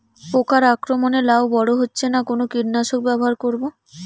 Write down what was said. পোকার আক্রমণ এ লাউ বড় হচ্ছে না কোন কীটনাশক ব্যবহার করব?